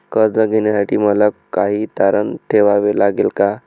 कर्ज घेण्यासाठी मला काही तारण ठेवावे लागेल का?